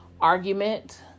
argument